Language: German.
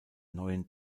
neuen